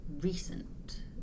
recent